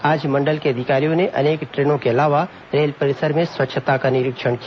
आज मंडल के अधिकारियों ने अनेक ट्रेनों के अलावा रेल परिसर में स्वच्छता का निरीक्षण किया